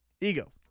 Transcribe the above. Ego